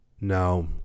now